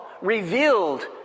revealed